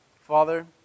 Father